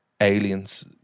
aliens